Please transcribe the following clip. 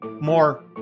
more